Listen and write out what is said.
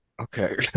Okay